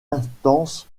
intense